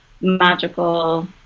magical